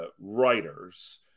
writers